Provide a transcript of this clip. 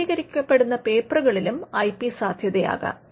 പ്രസിദ്ധീകരിക്കപ്പെടുന്ന പേപ്പറുകളിലും I P സാദ്ധ്യതയാകാം